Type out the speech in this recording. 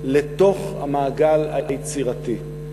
לתוך המעגל היצירתי.